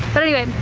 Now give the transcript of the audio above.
but anyway,